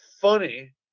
funny